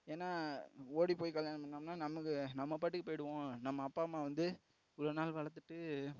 ஏன்னா ஓடிப்போய் கல்யாணம் பண்ணம்ன்னா நமக்கு நம்ம பாட்டுக்கு போயிவிடுவோம் நம்ம அப்பா அம்மா வந்து இவ்வளோ நாள் வளர்த்துட்டு